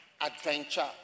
adventure